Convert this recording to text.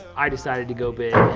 i decided to go big.